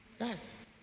Yes